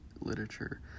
literature